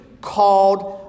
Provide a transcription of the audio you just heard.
called